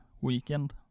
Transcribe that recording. weekend